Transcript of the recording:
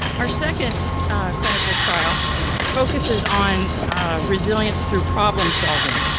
our second clinical trial focuses on resilience through problem solving.